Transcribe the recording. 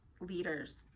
leaders